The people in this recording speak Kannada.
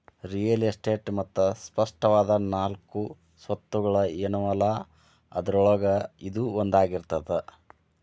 ರಿಯಲ್ ಎಸ್ಟೇಟ್ ಮತ್ತ ಸ್ಪಷ್ಟವಾದ ನಾಲ್ಕು ಸ್ವತ್ತುಗಳ ಏನವಲಾ ಅದ್ರೊಳಗ ಇದೂ ಒಂದಾಗಿರ್ತದ